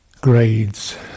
grades